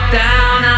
down